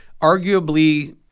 Arguably